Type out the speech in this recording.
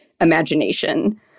imagination